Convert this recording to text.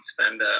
spend